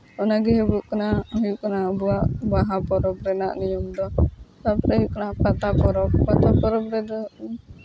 ᱚᱱᱟᱜᱮ ᱦᱩᱭᱩᱜᱚᱜ ᱠᱟᱱᱟ ᱦᱩᱭᱩᱜ ᱠᱟᱱᱟ ᱟᱵᱚᱣᱟᱜ ᱵᱟᱦᱟ ᱯᱚᱨᱚᱵᱽ ᱨᱮᱱᱟᱜ ᱱᱤᱭᱚᱢ ᱫᱚ ᱛᱟᱨᱯᱚᱨᱮ ᱦᱩᱭᱩᱜ ᱠᱟᱱᱟ ᱯᱟᱛᱟ ᱯᱚᱨᱚᱵᱽ ᱯᱟᱛᱟ ᱯᱚᱨᱚᱵᱽ ᱨᱮᱫᱚ